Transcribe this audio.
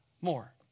more